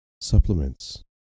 supplements